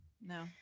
no